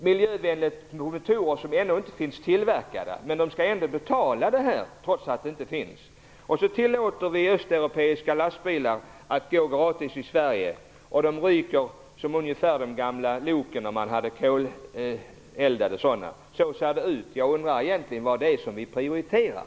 Miljövänligt med motorer som ännu inte finns tillverkade? Ändå skall man betala för det. Så tillåter vi östeuropeiska lastbilar att köra gratis i Sverige. De ryker ungefär som de gamla koleldade loken. Jag undrar vad vi egentligen prioriterar.